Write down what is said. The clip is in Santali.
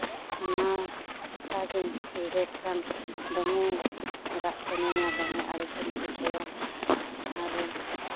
ᱚᱱᱟ ᱠᱟᱛᱷᱟ ᱜᱮ ᱩᱭᱦᱟᱹᱨ ᱠᱷᱟᱱ ᱫᱚᱢᱮ ᱨᱟᱜ ᱥᱟᱹᱱᱟᱹᱧᱟ ᱫᱚᱢᱮ ᱟᱹᱲᱤᱥᱤᱧ ᱵᱩᱡᱷᱟᱹᱣᱟ ᱟᱨ